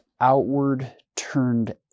outward-turned